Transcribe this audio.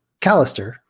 Callister